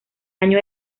año